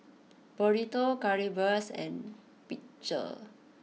Burrito Currywurst and Pretzel